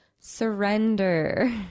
Surrender